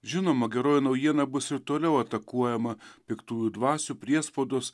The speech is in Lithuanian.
žinoma geroji naujiena bus ir toliau atakuojama piktųjų dvasių priespaudos